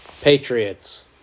Patriots